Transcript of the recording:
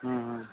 हूँ हूँ